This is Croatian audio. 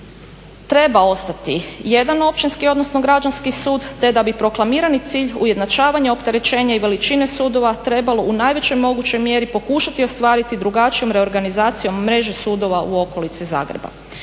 treba ostati jedan općinski, odnosno građanski sud te da bi proklamirani cilj ujednačavanja opterećenja i veličine sudova trebalo u najvećoj mogućoj mjeri pokušati ostvariti drugačijom reorganizacijom mreže sudova u okolici Zagreba.